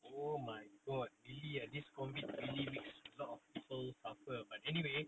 oh my god really ah this COVID really makes a lot of people suffer but anyway